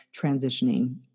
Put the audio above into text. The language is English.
transitioning